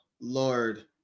lord